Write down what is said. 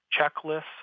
checklists